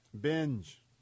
binge